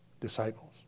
disciples